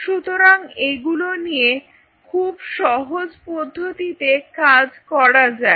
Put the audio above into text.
সুতরাং এগুলো নিয়ে খুব সহজ পদ্ধতিতে কাজ করা যায়